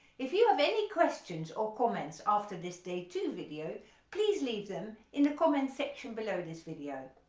if you have any questions or comments after this day two video please leave them in the comment section below this video.